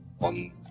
on